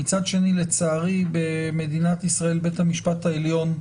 מצד שני לצערי במדינת ישראל בית המשפט העליון,